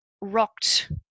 rocked